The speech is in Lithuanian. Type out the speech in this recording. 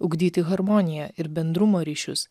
ugdyti harmoniją ir bendrumo ryšius